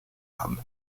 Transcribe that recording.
hamm